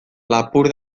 lapur